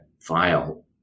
file